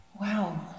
wow